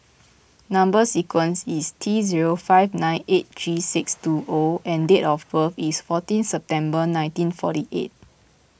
Number Sequence is T zero five nine eight three six two O and date of birth is fourteen September nineteen forty eight